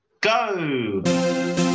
go